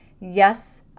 Yes